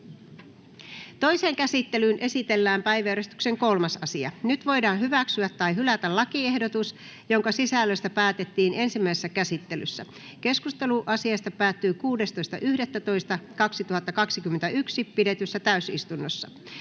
Toiseen käsittelyyn esitellään päiväjärjestyksen 3. asia. Nyt voidaan hyväksyä tai hylätä lakiehdotus, jonka sisällöstä päätettiin ensimmäisessä käsittelyssä. Keskustelu asiasta päättyi 16.11.2021 pidetyssä täysistunnossa.